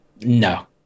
No